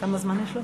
אולי עשר,